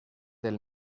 del